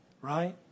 right